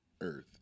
earth